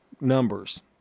numbers